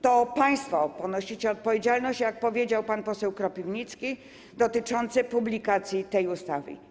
To państwo ponosicie odpowiedzialność, jak powiedział pan poseł Kropiwnicki, dotyczącą publikacji tej ustawy.